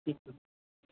ठीक आहे